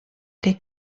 que